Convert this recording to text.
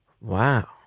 Wow